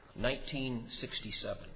1967